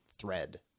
thread